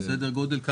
מה סדר הגודל?